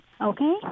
Okay